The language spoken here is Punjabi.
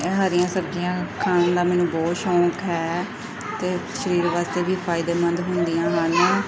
ਹਰੀਆਂ ਸਬਜ਼ੀਆਂ ਖਾਣ ਦਾ ਮੈਨੂੰ ਬਹੁਤ ਸ਼ੌਂਕ ਹੈ ਅਤੇ ਸਰੀਰ ਵਾਸਤੇ ਵੀ ਫਾਇਦੇਮੰਦ ਹੁੰਦੀਆਂ ਹਨ